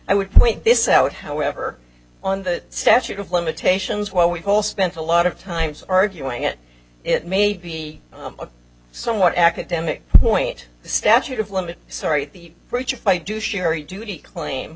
i would point this out however on the statute of limitations while we've all spent a lot of times arguing it it may be a somewhat academic point the statute of limit sorry the fight to sherry duty claim